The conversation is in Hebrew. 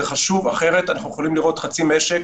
זה חשוב, אחרת אנחנו יכולים לראות חצי משק